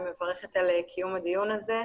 אני מברכת על קיום הדיון הזה.